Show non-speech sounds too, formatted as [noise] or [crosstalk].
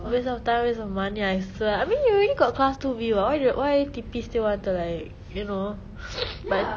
waste of time waste of money I swear I mean you already got class two B [what] why th~ why T_P still want to like you know [noise] but~